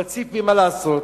אבל ציפי, מה לעשות,